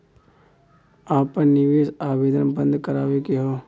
आपन निवेश आवेदन बन्द करावे के हौ?